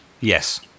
Yes